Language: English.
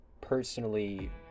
personally